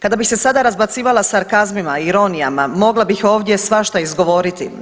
Kada bih se sada razbacivala sarkazmima, ironijama mogla bih ovdje svašta izgovoriti.